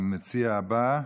המציע הבא,